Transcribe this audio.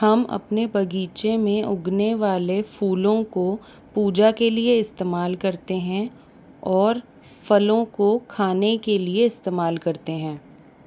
हम अपने बगीचे में उगने वाले फूलों को पूजा के लिए इस्तेमाल करते हैं और फलों को खाने के लिए इस्तेमाल करते हैं